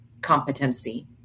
competency